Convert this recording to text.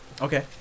Okay